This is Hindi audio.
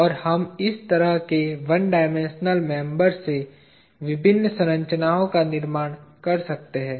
और हम इस तरह के 1 डायमेंशनल मेंबर्स से विभिन्न संरचनाओं का निर्माण कर सकते हैं